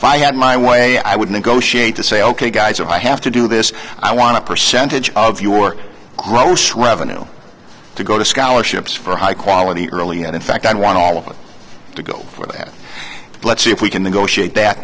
if i had my way i would negotiate to say ok guys if i have to do this i want to percentage of your gross revenue to go to scholarships for high quality early and in fact i want all of us to go for that let's see if we can negotiate that